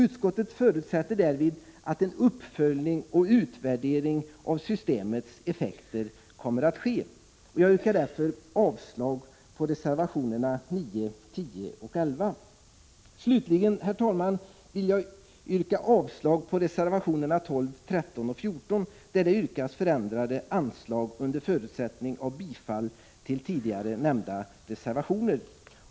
Utskottet förutsätter därvid att en uppföljning och utvärdering av systemets effekter kommer att ske. Jag yrkar därför avslag på reservationerna 9, 10 och 11. Slutligen, herr talman, vill jag yrka avslag på reservationerna 12, 13 och 14 där det yrkas förändrade anslag under förutsättning av bifall till tidigare nämnda reservationer.